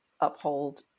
uphold